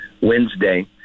Wednesday